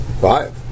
Five